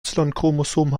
chromosom